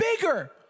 bigger